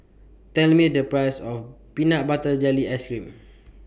Tell Me The Price of Peanut Butter Jelly Ice Cream